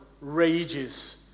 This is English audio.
rages